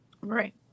right